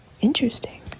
interesting